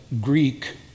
Greek